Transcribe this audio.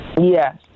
yes